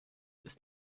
ist